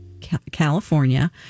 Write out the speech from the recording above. California